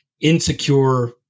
insecure